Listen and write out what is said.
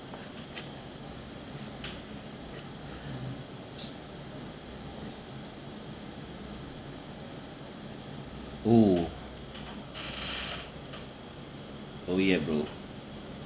oh oh yeah bro